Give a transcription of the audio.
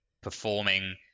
performing